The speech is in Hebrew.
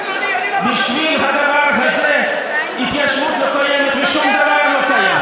בשביל הדבר הזה ההתיישבות לא קיימת ושום דבר לא קיים.